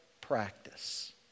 practice